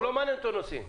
לא מעניינים אותו הנוסעים.